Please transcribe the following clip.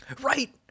Right